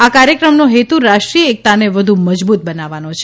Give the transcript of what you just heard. આ કાર્યક્રમનો હેતુ રાષ્રીખાય એકતાને વધુ મજબુત બનાવાનો છે